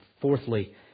fourthly